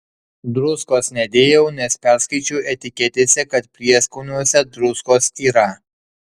druskos nedėjau nes perskaičiau etiketėse kad prieskoniuose druskos yra